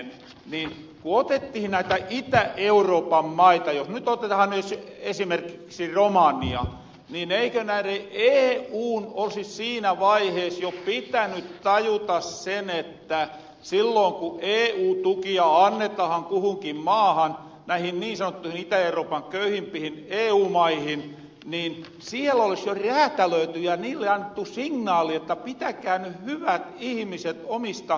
ku otettihi näitä itä euroopan maita jos nyt otetaa esimerkiksi romania niin eikö eun olisi siinä vaihees jo pitäny tajuta se että silloon ku eu tukia annetahan kuhunkin maahan näihin niin sanottuihin itä euroopan köyhimpihin eu maihin niin siel olis jo räätälööty ja niille annettu signaali jotta pitäkää ny hyvät ihmiset omista huoli